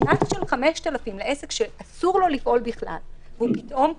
קנס של 5,000 שקל לעסק שאסור לו לפעול בכלל והוא פתאום פועל,